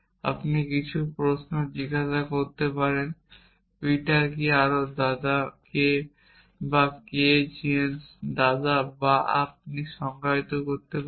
আপনি কিছু প্রশ্ন জিজ্ঞাসা করতে পারেন পিটার কি কারো দাদা বা কে জেনস দাদা বা আপনি সংজ্ঞায়িত করতে পারেন